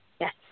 Yes